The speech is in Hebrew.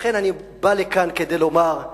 ולכן אני בא לכאן כדי לומר: